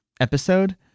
episode